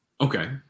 Okay